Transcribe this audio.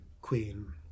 queen